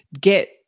get